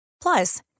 Plus